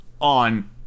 on